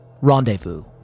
Rendezvous